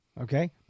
Okay